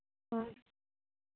ᱦᱳᱭ